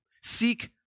Seek